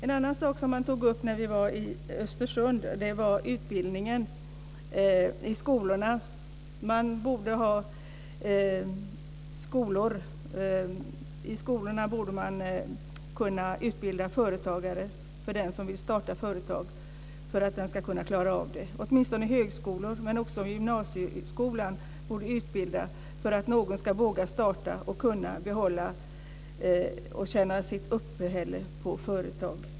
En annan sak som man tog upp när vi var i Östersund var utbildningen i skolorna. Skolan borde kunna utbilda företagare, så att den som vill starta företag ska kunna klara det. Åtminstone högskolor men också gymnasieskolor borde utbilda för att någon ska våga starta och behålla företag och kunna tjäna sitt uppehälle på företag.